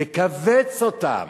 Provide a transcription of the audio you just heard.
לכווץ אותם,